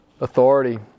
authority